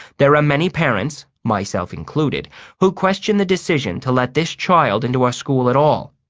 there are many parents myself included who question the decision to let this child into our school at all.